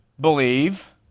believe